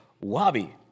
Wabi